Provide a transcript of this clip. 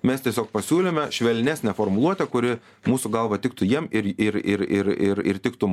mes tiesiog pasiūlėme švelnesnę formuluotę kuri mūsų galva tiktų jiem ir ir ir ir ir ir tiktų mum